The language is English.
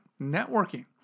networking